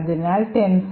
അതിനാൽ 10